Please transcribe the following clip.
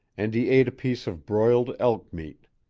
and he ate a piece of broiled elk meat.